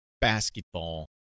basketball